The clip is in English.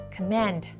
Command